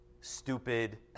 stupid